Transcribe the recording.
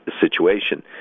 situation